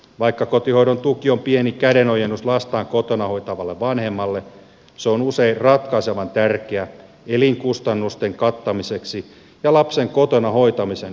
vaikka kotihoidon tuki on pieni kädenojennus lastaan kotona hoitavalle vanhemmalle se on usein ratkaisevan tärkeä elinkustannusten kattamiseksi ja lapsen kotona hoitamisen toteutumiseksi